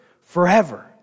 forever